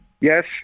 Yes